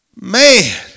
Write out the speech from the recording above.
Man